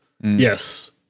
Yes